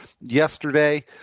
yesterday